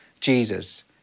Jesus